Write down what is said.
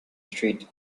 street